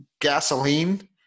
gasoline